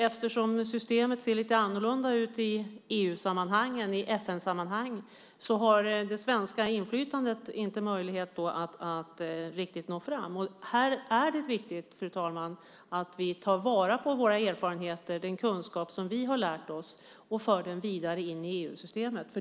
Eftersom systemet ser lite annorlunda ut i EU-sammanhang än i FN-sammanhang har det svenska inflytandet inte möjlighet att riktigt nå fram. Här är det viktigt att vi tar vara på våra erfarenheter och den kunskap som vi har och för den vidare in i EU-systemet.